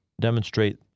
demonstrate